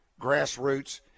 grassroots